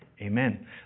amen